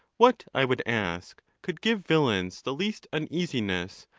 what, i would ask, could give villains the least uneasi ness,